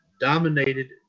dominated